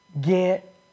get